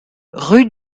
rue